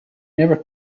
never